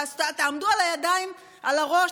תעמדו על הראש,